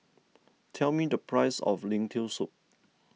tell me the price of Lentil Soup